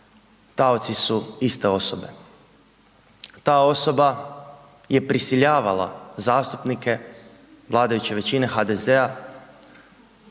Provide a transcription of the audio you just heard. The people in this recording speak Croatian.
taoci su iste osobe. Ta osoba je prisiljavala zastupnike vladajuće većine, HDZ-a